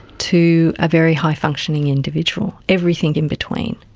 to a very high-functioning individual, everything in between.